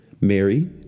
Mary